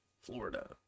Florida